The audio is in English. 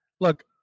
look